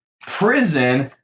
Prison